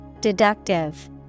Deductive